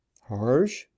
Harsh